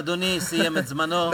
אדוני סיים את זמנו.